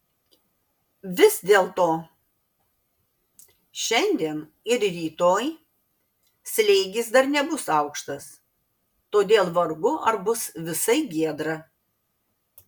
vis dėlto šiandien ir rytoj slėgis dar nebus aukštas todėl vargu ar bus visai giedra